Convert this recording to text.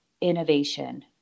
innovation